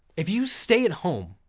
if you stay at home,